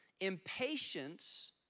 Impatience